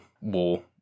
War